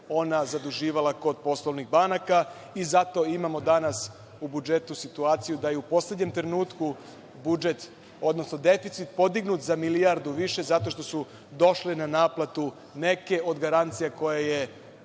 ona zaduživala kod poslovnih banaka. Zato imamo danas u budžetu situaciju da i u poslednjem trenutku je deficit podignut za milijardu više. Zato što su došle na naplatu neke od garancija koje je